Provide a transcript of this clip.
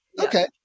Okay